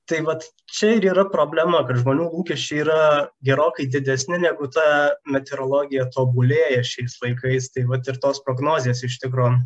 tai vat čia ir yra problema kad žmonių lūkesčiai yra gerokai didesni negu ta meteorologija tobulėja šiais laikais tai vat ir tos prognozės iš tikro